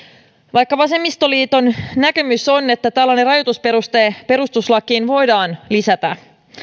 vaikka vasemmistoliiton näkemys on että tällainen rajoitusperuste perustuslakiin voidaan lisätä